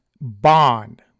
bond